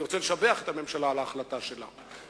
אני רוצה לשבח את הממשלה על ההחלטה שלה.